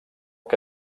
que